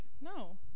no